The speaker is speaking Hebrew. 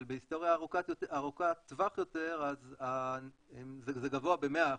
אבל בהיסטוריה ארוכת טווח יותר זה גבוה ב-100%.